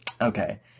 Okay